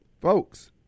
folks